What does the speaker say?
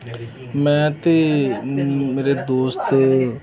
ਮੈਂ ਅਤੇ ਮੇਰੇ ਦੋਸਤ